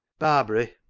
barbary,